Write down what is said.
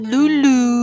Lulu